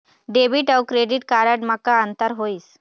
Debit अऊ credit card म का अंतर होइस?